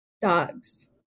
Dogs